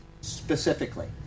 specifically